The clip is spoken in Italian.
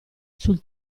sul